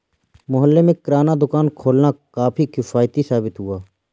मोहल्ले में किराना दुकान खोलना काफी किफ़ायती साबित हुआ